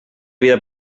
vida